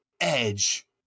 Edge